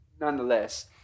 nonetheless